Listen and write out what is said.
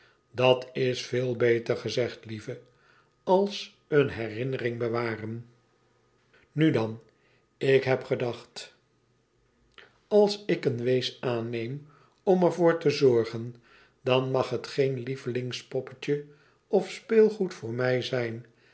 idat is veel beter gezegd lieve als eene herinnering bewaren nu dan ik heb gedacht alik een wees aanneem om er voor te zorgen dan mag het geen lievelingspoppetje of speelgoed voor mij zijn